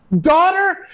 daughter